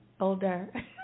older